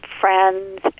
friends